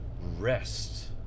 rest